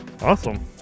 Awesome